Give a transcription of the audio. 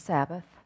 Sabbath